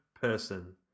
person